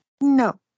No